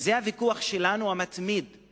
זה הוויכוח המתמיד שלנו.